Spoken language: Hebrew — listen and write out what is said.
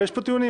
ויש פה טיעונים,